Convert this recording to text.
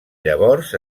llavors